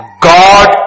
God